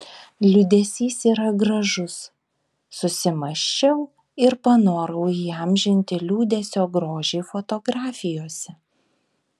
liūdesys yra gražus susimąsčiau ir panorau įamžinti liūdesio grožį fotografijose